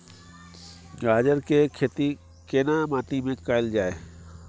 गाजर के खेती केना माटी में कैल जाए?